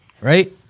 right